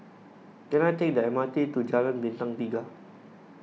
can I take the M R T to Jalan Bintang Tiga